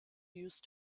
used